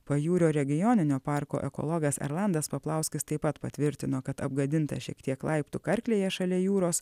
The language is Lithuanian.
pajūrio regioninio parko ekologas erlandas paplauskis taip pat patvirtino kad apgadinta šiek tiek laiptų karklėje šalia jūros